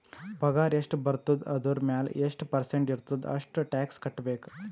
ಪಗಾರ್ ಎಷ್ಟ ಬರ್ತುದ ಅದುರ್ ಮ್ಯಾಲ ಎಷ್ಟ ಪರ್ಸೆಂಟ್ ಇರ್ತುದ್ ಅಷ್ಟ ಟ್ಯಾಕ್ಸ್ ಕಟ್ಬೇಕ್